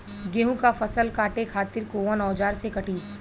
गेहूं के फसल काटे खातिर कोवन औजार से कटी?